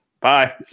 Bye